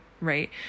right